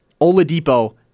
Oladipo